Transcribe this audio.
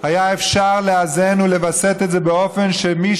היה אפשר לאזן ולווסת את זה באופן שמי